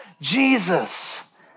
Jesus